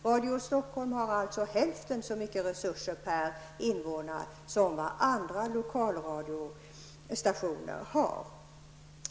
Radio Stockholm har alltså hälften så stora resurser per invånare som andra lokalradiostationer.